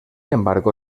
embargo